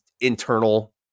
internal